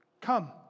Come